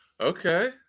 okay